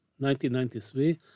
1993